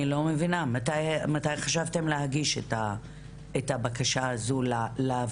אני לא מבינה, מתי חשבתם להגיש את הבקשה לוועדה?